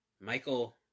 Michael